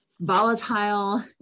volatile